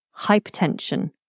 hypertension